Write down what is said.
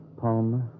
Palmer